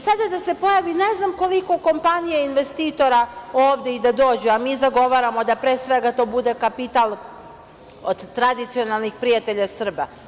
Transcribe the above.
Sada da se pojavi ne znam koliko kompanija, investitora ovde i da dođu, a mi zagovaramo da pre svega to bude kapital od tradicionalnih prijatelja Srba.